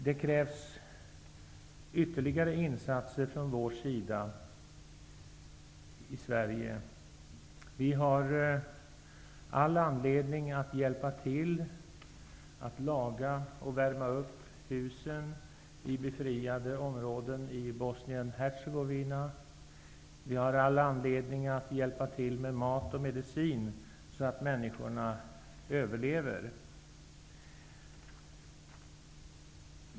Det krävs ytterligare insatser från vår sida i Sverige. Vi har all anledning att hjälpa till att laga och värma upp husen i befriade områden i Bosnien-Hercegovina. Vi har anledning att hjälpa till med mat och medicin, så att människorna överlever.